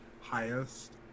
highest